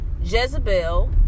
Jezebel